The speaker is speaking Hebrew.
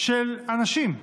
של אנשים,